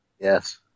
Yes